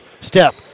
Step